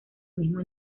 mismo